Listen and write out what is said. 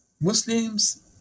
Muslims